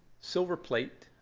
silver plate,